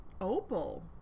Opal